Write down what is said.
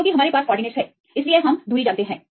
क्योंकि हमारे पास निर्देशांक हैं इसलिए हम दूरी जानते हैं